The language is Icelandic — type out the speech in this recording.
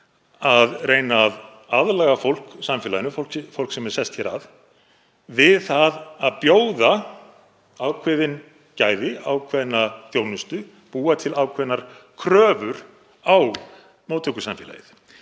að reyna að aðlaga fólk samfélaginu, fólk sem er sest hér að, saman við það að bjóða ákveðin gæði, ákveðna þjónustu, búa til ákveðnar kröfur á móttökusamfélagið.